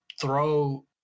throw